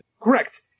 Correct